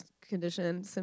condition